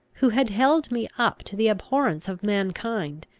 who had held me up to the abhorrence of mankind,